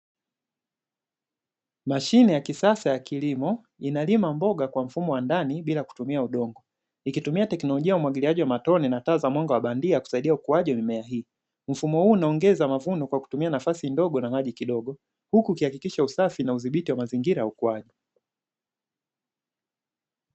Mashine ya kisasa ya kilimo inalima mboga kwa mfumo wa ndani bila kutumia udongo, ikitumia teknolojia ya umwagiliaji wa matone na taa za mwanga wa bandia kusaidia ukuaji mimea hii. Mfumo huu unaongeza mavuno kwa kutumia nafasi ndogo na maji kidogo huku ukihakikisha usafi na udhibiti wa mazingira ya ukuaji.